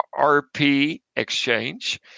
RPExchange